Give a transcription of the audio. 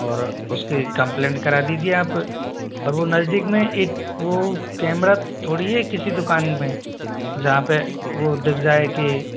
और उसके कंप्लेंट करा दीजिए आप और वो नजदीक में एक वो कैमरा थोड़ी है किसी दुकान में जहाँ पे वो दिख जाए कि